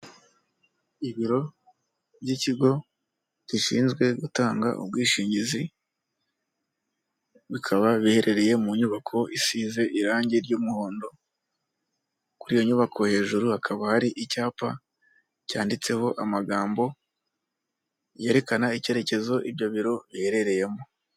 Ibiro by'ikigo gishinzwe gutanga ubwishingizi, bikaba biherereye mu nyubako isize irange ry'umuhondo, kuri iyo nyubako hejuru hakaba hari icyapa cyanditseho amagambo yerekana icyerekezo ibyo biro biherereyemo.